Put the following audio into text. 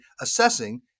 assessing